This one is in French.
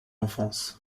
enfance